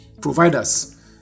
providers